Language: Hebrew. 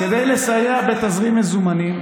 כדי לסייע בתזרים מזומנים